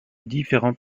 différents